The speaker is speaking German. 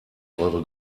eure